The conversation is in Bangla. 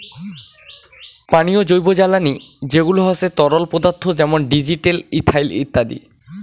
পানীয় জৈবজ্বালানী যেগুলা হসে তরল পদার্থ যেমন ডিজেল, ইথানল ইত্যাদি